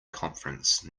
conference